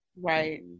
Right